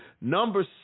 number